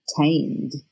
tamed